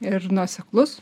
ir nuoseklus